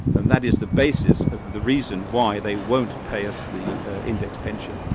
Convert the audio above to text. and that is the basis of the reason why they won't pay us the indexed pension.